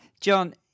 John